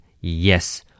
Yes